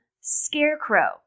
Scarecrow